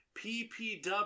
PPW